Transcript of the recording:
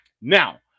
now